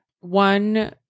One